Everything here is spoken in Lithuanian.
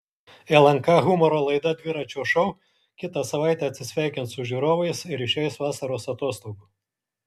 lnk humoro laida dviračio šou kitą savaitę atsisveikins su žiūrovais ir išeis vasaros atostogų